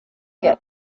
get